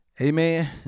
Amen